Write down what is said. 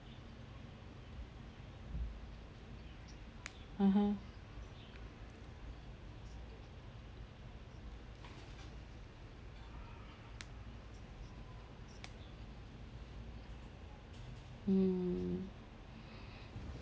(uh huh) mm